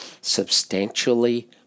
substantially